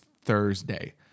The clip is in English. Thursday